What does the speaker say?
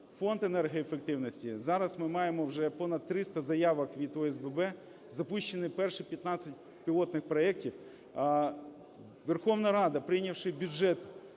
Фонд енергоефективності, зараз ми маємо вже понад 300 заявок від ОСББ, запущені перші 15 пілотних проектів. Верховна Рада, прийнявши бюджет